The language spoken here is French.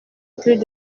plus